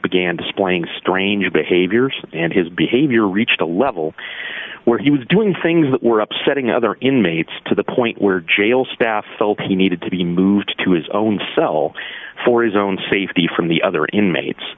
began displaying strange behaviors and his behavior reached a level where he was doing things that were upsetting other inmates to the point where jail staff felt he needed to be moved to his own cell for his own safety from the other inmates